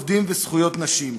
זכויות עובדים וזכויות נשים.